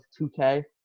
2K